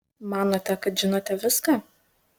manote kad žinote viską